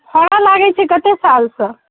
फड़य लागै छै कतेक सालसँ